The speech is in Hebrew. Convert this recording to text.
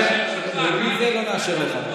בלי זה לא נאשר לך.